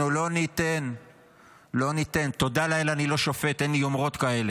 אנחנו לא ניתן --- השופט מלביצקי.